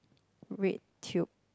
red tube